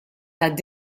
tad